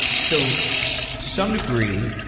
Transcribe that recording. so to some degree,